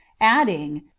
adding